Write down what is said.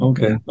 Okay